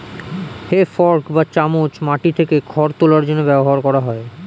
হে fork বা চামচ মাটি থেকে খড় তোলার জন্য ব্যবহার করা হয়